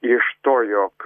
iš to jog